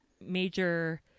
major